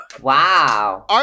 Wow